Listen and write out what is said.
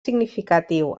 significatiu